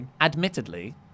admittedly